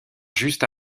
juste